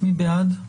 מי בעד?